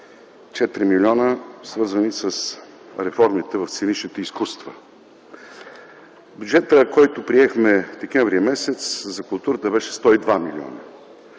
4 милиона, свързани с реформите в сценичните изкуства. Бюджетът, който приехме м. декември за културата, беше 102 милиона.